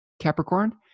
Capricorn